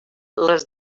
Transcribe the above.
les